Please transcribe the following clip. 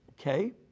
okay